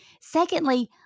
Secondly